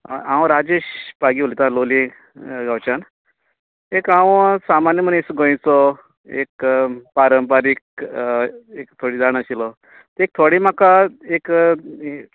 हांव राजेश पागी उलयतां लोलये गांवच्यान एक हांव सामान्य मनीस गोंयचो एक पांरपारिक एक खडे जावन आशिल्लो ते थोडें म्हाका एक